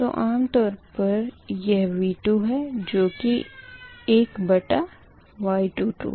तो आम तौर पर यह V2 है जो की 1 बटा Y22 है